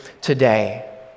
today